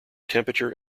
temperature